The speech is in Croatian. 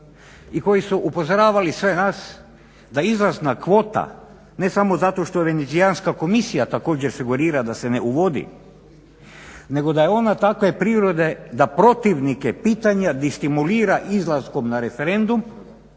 i koji su upozoravali sve nas da izlazna kvota, ne samo zato što Venecijanska komisija također sugerira da se ne uvodi nego da je ona takve prirode da protivnike, pitanja destimulira izlaskom na referendum